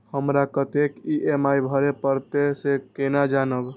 हमरा कतेक ई.एम.आई भरें परतें से केना जानब?